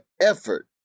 effort